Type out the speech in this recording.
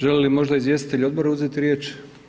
Želi li možda izvjestitelj odbora uzeti riječ?